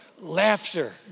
Laughter